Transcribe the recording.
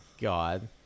God